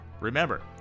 Remember